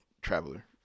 traveler